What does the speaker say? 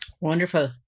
Wonderful